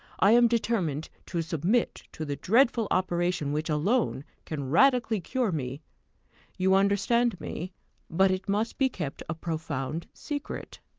i am determined to submit to the dreadful operation which alone can radically cure me you understand me but it must be kept a profound secret.